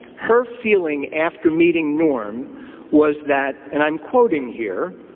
her feeling after meeting norm was that, and i'm quoting here,